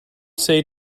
say